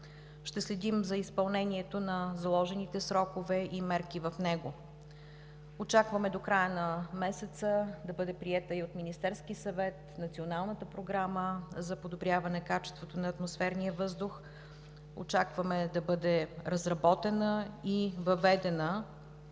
Ще следим за изпълнението на заложените срокове и мерки в него. Очакваме до края на месеца да бъде приета и от Министерския съвет Националната програма за подобряване качеството на атмосферния въздух. Очакваме да бъде разработена и въведена